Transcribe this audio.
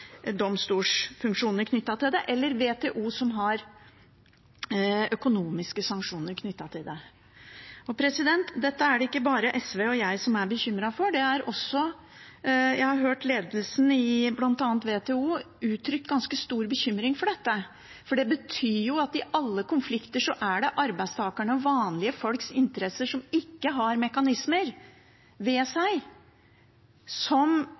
domstolsfunksjoner knyttet til det, eller WTO, som har økonomiske sanksjoner knyttet til det. Dette er det ikke bare SV og jeg som er bekymret for, jeg har også hørt ledelsen i bl.a. WTO uttrykke ganske stor bekymring for dette, for det betyr at i alle konflikter er det arbeidstakerne og vanlige folks interesser som ikke har mekanismer ved seg, som